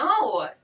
No